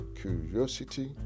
curiosity